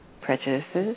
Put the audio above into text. prejudices